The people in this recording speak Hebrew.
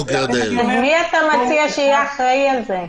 מי אתה מציע שיהיה אחראי על זה?